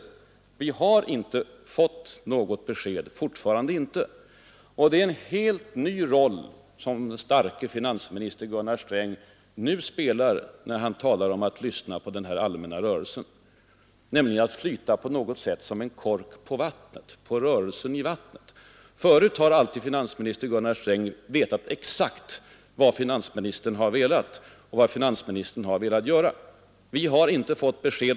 Det är en helt ny roll som den ”starke” finansminister Gunnar Sträng nu spelar när han talar om att han, innan han redovisar sin ståndpunkt, först skall lyssna på den allmänna rörelsen. Han skall alltså flyta på något sätt som en kork på rörelsen i vattnet. Förut har alltid finansminister Gunnar Sträng vetat exakt vad han har velat göra. Vi har alltså inte fått det besked vi begärt.